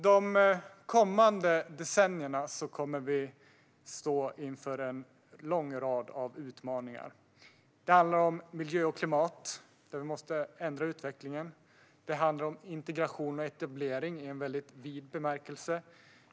De kommande decennierna kommer vi att stå inför en lång rad av utmaningar. Det handlar om miljö och klimat, där vi måste ändra utvecklingen. Det handlar om integration och etablering i en väldigt vid bemärkelse.